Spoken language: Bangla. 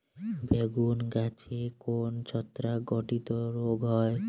বেগুন গাছে কোন ছত্রাক ঘটিত রোগ হয়?